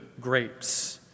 grapes